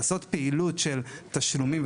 לעשות פעילות של תשלומים,